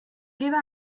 gives